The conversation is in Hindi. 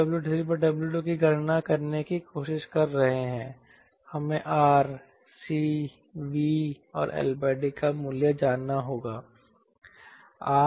हम W3W2 की गणना करने की कोशिश कर रहे हैं हमें R C V और L D का मूल्य जानना होगा